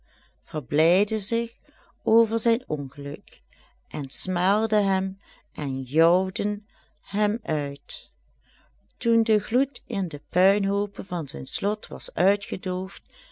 verblijdden zich over zijn ongeluk en smaalden hem en jouwden hem uit toen de gloed in de puinhoopen van zijn slot was uitgedoofd